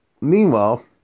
meanwhile